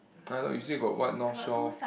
uh I thought you say got what North Shore